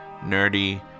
nerdy